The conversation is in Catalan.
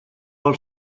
vol